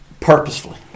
purposefully